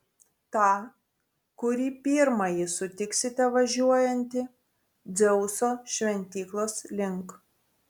tą kurį pirmąjį sutiksite važiuojantį dzeuso šventyklos link